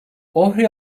ohri